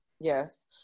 Yes